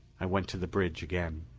i went to the bridge again.